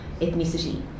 ethnicity